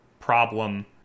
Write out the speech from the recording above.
Problem